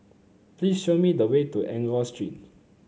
please show me the way to Enggor Street